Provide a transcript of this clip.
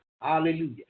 Hallelujah